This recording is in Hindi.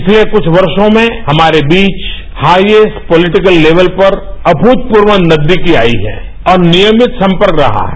पिछले कुछ वर्षों में हमारे बीच हायेस्ट पॉलिटिकल लेवल पर अमूतपूर्व नजदीकी आई है और नियमित संपर्क रहा है